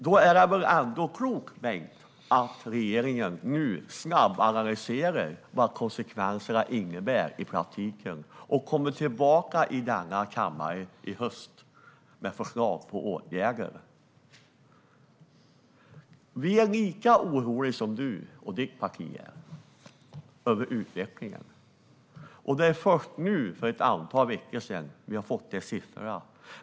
Därför är det väl ändå klokt att regeringen nu snabbanalyserar vad konsekvenserna i praktiken innebär och kommer tillbaka här i kammaren i höst med förslag på åtgärder? Vi är lika oroliga över utvecklingen som du och ditt parti är. Det var först för ett antal veckor sedan vi fick siffrorna.